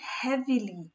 heavily